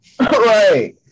Right